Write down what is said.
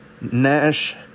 Nash